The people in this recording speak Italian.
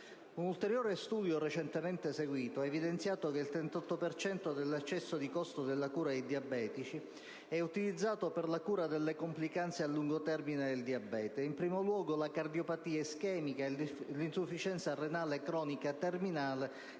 Un ulteriore studio recentemente eseguito ha evidenziato che il 38 per cento dell'eccesso di costo della cura dei diabetici è utilizzato per la cura delle complicanze a lungo termine del diabete, in primo luogo la cardiopatia ischemica e l'insufficienza renale cronica terminale,